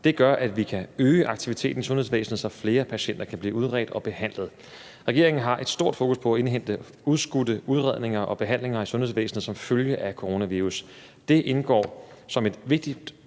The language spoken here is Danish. Det gør, at vi kan øge aktiviteten i sundhedsvæsenet, så flere patienter kan blive udredt og behandlet. Regeringen har et stort fokus på at indhente udskudte udredninger og behandlinger i sundhedsvæsenet som følge af coronavirus. Det indgår som et vigtigt